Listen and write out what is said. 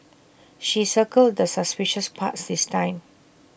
she circled the suspicious parts this time